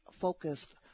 focused